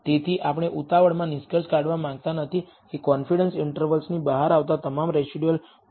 તેથી આપણે ઉતાવળમાં નિષ્કર્ષ કાઢવા માંગતા નથી કે કોન્ફિડન્સ ઈન્ટર્વલની બહાર આવતા તમામ રેસિડયુઅલ બાહ્ય છે